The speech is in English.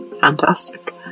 fantastic